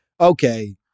Okay